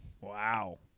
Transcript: Wow